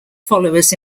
followers